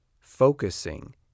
focusing